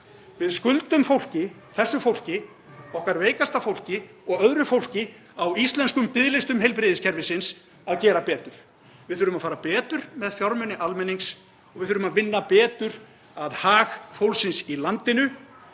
Við skuldum fólki, þessu fólki, okkar veikasta fólki og öðru fólki á íslenskum biðlistum heilbrigðiskerfisins að gera betur. Við þurfum að fara betur með fjármuni almennings og við þurfum að vinna betur að hag fólksins í landinu.